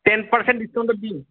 ten percent ডিচকাউন্টত দিম